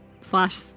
Slash